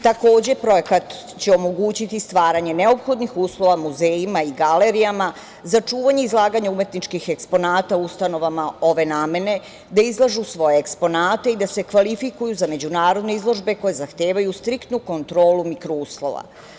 Takođe, projekat će omogućiti stvaranje neophodnih uslova muzejima i galerijama za čuvanje i izlaganje umetničkih eksponata ustanovama ove namene da izlažu svoje eksponate i da se kvalifikuju za međunarodne izložbe koje zahtevaju striktnu kontrolu mikro uslova.